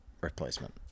replacement